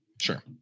Sure